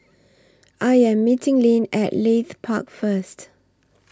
I Am meeting Lyn At Leith Park First